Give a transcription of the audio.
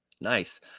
Nice